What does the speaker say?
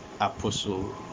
apostle